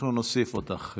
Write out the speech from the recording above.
אנחנו נוסיף אותך.